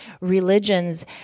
religions